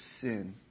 sin